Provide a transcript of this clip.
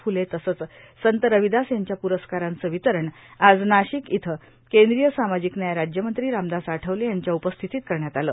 फुले तसेच संत रविदास यांच्या प्रस्कारांचे वितरण आज नाशिक येथे केंद्रीय सामाजिक न्याय राज्यमंत्री रामदास आठवले यांच्या उपस्थितीत करण्यात आले